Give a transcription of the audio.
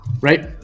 Right